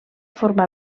formar